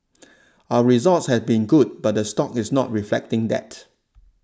our results have been good but the stock is not reflecting that